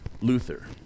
Luther